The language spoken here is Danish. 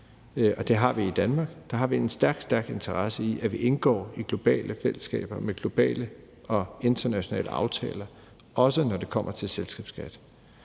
Og sådan er det i Danmark – der har vi en stærk, stærk interesse i, at vi indgår i globale fællesskaber med globale og internationale aftaler, også når det kommer til selskabsskat,